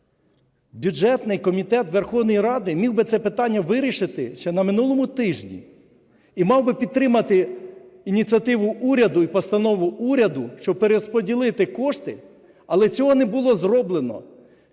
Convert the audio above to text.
бюджетний комітет Верховної Ради міг би це питання вирішити ще на минулому тижні. І мав би підтримати ініціативу уряду і постанову уряду, щоб перерозподілити кошти, але цього не було зроблено.